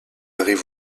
arrive